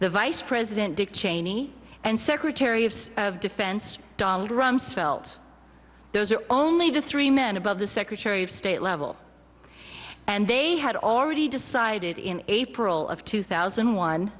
the vice president dick cheney and secretary of defense donald rumsfeld those are only the three men above the secretary of state level and they had already decided in april of two thousand